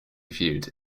viewed